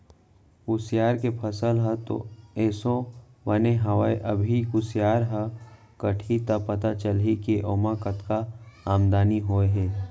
कुसियार के फसल ह तो एसो बने हवय अभी कुसियार ह कटही त पता चलही के ओमा कतका आमदनी होय हे